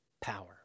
power